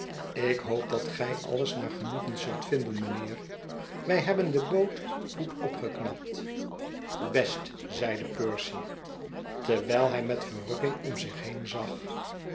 ik hoop dat gij alles naar genoegen zult vinden mijnheer wij hebben de boot goed opgeknapt best zeide percy terwijl hij met verrukking om zich heen zag